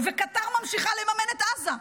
וקטאר ממשיכה לממן את עזה.